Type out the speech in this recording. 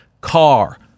Car